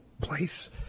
place